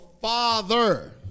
Father